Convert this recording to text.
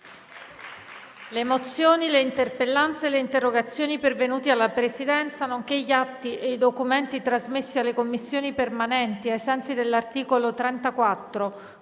Le mozioni, le interpellanze e le interrogazioni pervenute alla Presidenza, nonché gli atti e i documenti trasmessi alle Commissioni permanenti ai sensi dell'articolo 34,